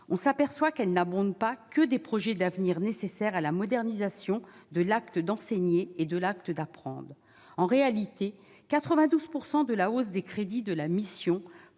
on s'aperçoit qu'elle n'abondent pas que des projets d'avenir nécessaire à la modernisation de l'acte d'enseigner et de l'acte d'apprendre en réalité 92 pourcent de la hausse des crédits de la mission